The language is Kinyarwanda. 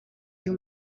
uyu